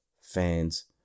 fans